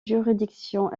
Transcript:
juridiction